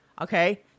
Okay